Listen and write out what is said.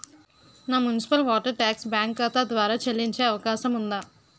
నా municipal water tax bank ఖాతా ద్వారా చెల్లించే అవకాశం ఉందా?